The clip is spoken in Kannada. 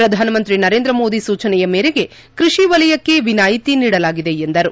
ಪ್ರಧಾನಮಂತ್ರಿ ನರೇಂದ್ರ ಮೋದಿ ಸೂಚನೆಯ ಮೇರೆಗೆ ಕೃಷಿ ವಲಯಕ್ಕೆ ವಿನಾಯಿತಿ ನೀಡಲಾಗಿದೆ ಎಂದರು